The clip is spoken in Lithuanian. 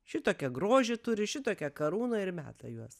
šitokį grožį turi šitokią karūną ir meta juos